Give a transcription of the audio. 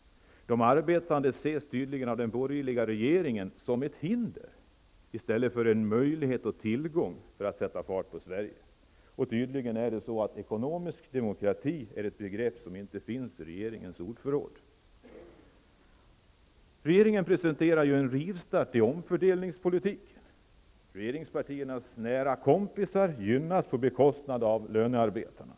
De arbetande ses tydligen av den nya borgerliga regeringen som ett hinder i stället för en tillgång som kan bidra till att sätta fart på Sverige. Ekonomisk demokrati är tydligen ett begrepp som inte finns i regeringens ordförråd. Regeringen har presenterat en rivstart i omfördelningspolitiken. Regeringspartiernas nära kompisar gynnas på bekostnad av lönearbetarna.